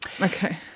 Okay